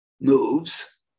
moves